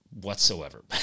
whatsoever